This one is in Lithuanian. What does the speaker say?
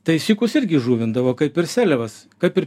tai sykus irgi žuvindavo kaip ir seliavas kaip ir